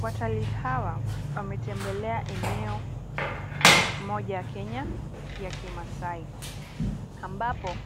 Watalii hawa wametembelea eneo moja ya Kenya ya Kimaasai, ambapo